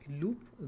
loop